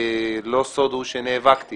לא סוד הוא שנאבקתי